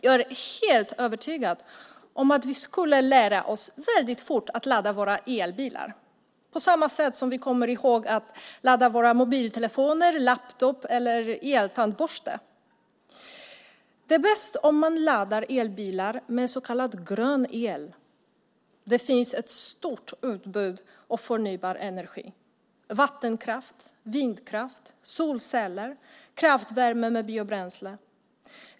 Jag är helt övertygad om att vi väldigt fort skulle lära oss att ladda våra elbilar, på samma sätt som vi kommer ihåg att ladda mobiltelefonen, laptoppen och tandborsten. Det är bäst om man laddar elbilen med så kallad grön el. Det finns ett stort utbud av förnybar energi - vattenkraft, vindkraft, solceller och kraftvärme med biobränsle.